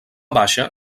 baixa